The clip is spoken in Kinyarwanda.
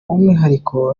umwihariko